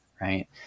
right